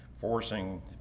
forcing